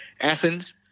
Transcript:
Athens